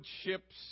ships